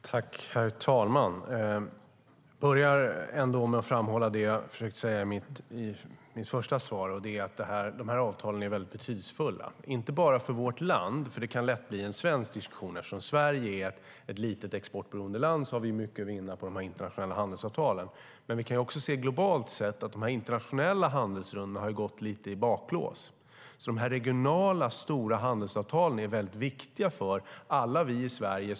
Herr talman! Jag börjar med att framhålla det som jag har försökt säga i mitt svar, nämligen att dessa avtal är mycket betydelsefulla, inte bara för vårt land. Det kan lätt bli en svensk diskussion. Eftersom Sverige är ett litet och exportberoende land har vi mycket att vinna på dessa internationella handelsavtal. Men vi kan globalt se att dessa internationella handelsrundor har gått lite i baklås. De regionala stora handelsavtalen är därför mycket viktiga för alla oss i Sverige.